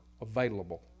available